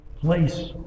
place